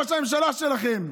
ראש הממשלה שלכם.